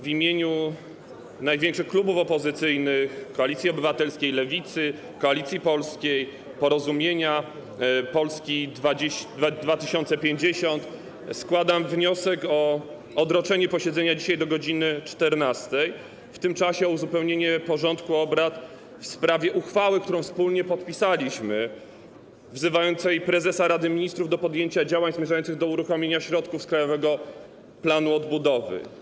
W imieniu największych klubów opozycyjnych: Koalicji Obywatelskiej, Lewicy, Koalicji Polskiej, Porozumienia, Polski 2050 składam wniosek o odroczenie posiedzenia dzisiaj do godz. 14, a w tym czasie o uzupełnienie porządku obrad w sprawie uchwały, którą wspólnie podpisaliśmy, wzywającej prezesa Rady Ministrów do podjęcia działań zmierzających do uruchomienia środków z Krajowego Planu Odbudowy.